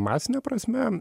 masine prasme